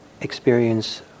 experience